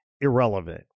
irrelevant